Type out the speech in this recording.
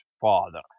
father